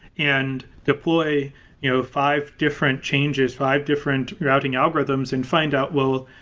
and deploy you know five different changes, five different routing algorithms and find out, well,